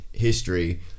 history